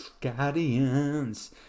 Guardians